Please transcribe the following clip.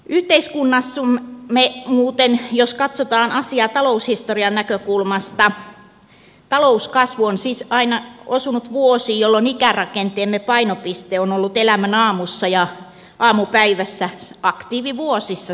yhteiskunnassamme muuten jos katsotaan asiaa taloushistorian näkökulmasta talouskasvu on siis aina osunut vuosiin jolloin ikärakenteemme painopiste on ollut elämän aamussa ja aamupäivässä aktiivivuosissa siis